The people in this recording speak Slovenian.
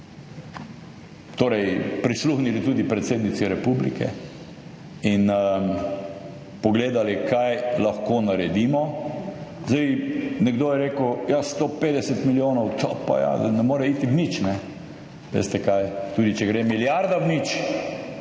torej prisluhnili tudi predsednici republike in pogledali kaj lahko naredimo. Zdaj, nekdo je rekel, ja, 150 milijonov, to pa ja ne more iti v nič, ne veste kaj, tudi če gre milijarda v nič,